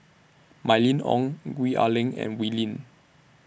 Mylene Ong Gwee Ah Leng and Wee Lin